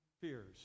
fears